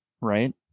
right